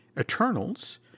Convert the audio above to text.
Eternals